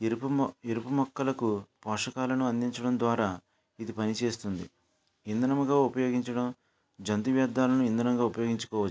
ఎరుపు ఎరుపు మొక్కలకు పోషకాలను అందించడం ద్వారా ఇది పనిచేస్తుంది ఇంధనముగా ఉపయోగించడం జంతు వ్యర్ధాలను ఇంధనంగా ఉపయోగించుకోవచ్చు